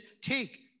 take